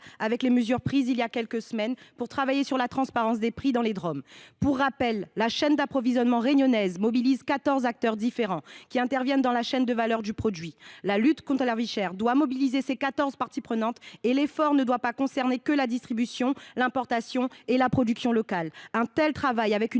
avec les mesures prises il y a quelques semaines pour accroître la transparence des prix dans les Drom. Pour rappel, la chaîne d’approvisionnement réunionnaise mobilise quatorze acteurs différents, qui interviennent dans la chaîne de valeur du produit. La lutte contre la vie chère doit mobiliser ces quatorze parties prenantes : l’effort ne doit pas concerner uniquement la distribution, l’importation et la production locale. Un tel travail avec une